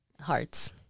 hearts